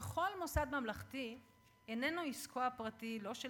ככל מוסד ממלכתי איננו עסקו הפרטי לא של